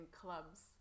clubs